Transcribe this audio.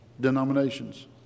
denominations